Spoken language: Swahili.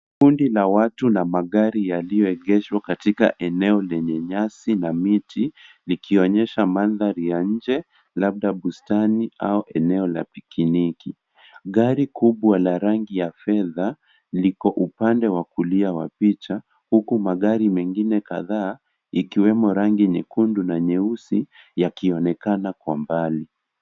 Kundi la watu na magari yaliyoegeshwa katika eneo lenye nyasi na miti, likionyesha mandhari ya nje labda bustani au eneo la pikiniki. Gari kubwa la rangi ya fedha liko upande wa kulia wa picha huku magari mengine kadhaa ikiwemo rangi nyekundu na nyeusi yakionekana kwa mbali.